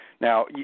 Now